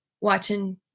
watching